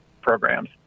programs